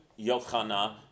Yochana